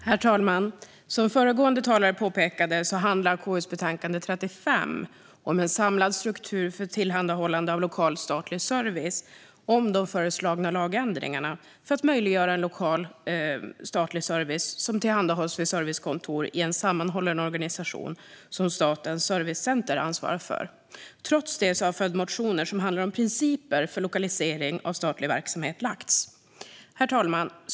Herr talman! Som föregående talare påpekade handlar KU:s betänkande KU35 om en samlad struktur för tillhandahållande av lokal statlig service. Det handlar om de föreslagna lagändringarna för att möjliggöra lokal statlig service som tillhandahålls vid servicekontor i en sammanhållen organisation som Statens servicecenter ansvarar för. Trots det har en följdmotion som handlar om principer för lokalisering av statlig verksamhet väckts. Herr talman!